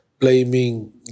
Blaming